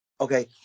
Okay